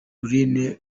greene